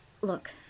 Look